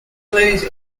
lose